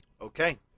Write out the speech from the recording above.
Okay